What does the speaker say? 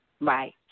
right